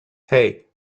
hey